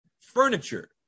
Furniture